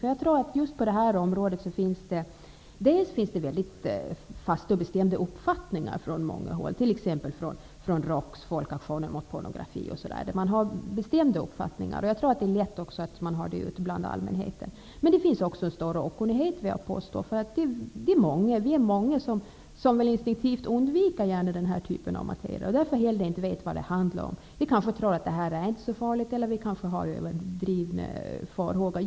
Jag tror nämligen att det på det här området finns väldigt fasta och bestämda uppfattningar, t.ex. bland medlemmarna i Folkaktionen mot pornografi, och jag tror att sådana bestämda uppfattningar också finns ute hos allmänheten. Men jag vill påstå att det också finns en stor okunnighet. Vi är många som instinktivt undviker den här typen av material och därför helt enkelt inte vet vad det handlar om. Vi kanske tror att det inte är så farligt, eller vi kanske har överdrivna farhågor.